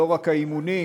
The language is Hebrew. לא רק האימונים,